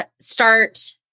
start